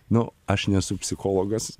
nu aš nesu psichologas